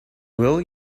will